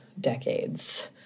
decades